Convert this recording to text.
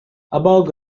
above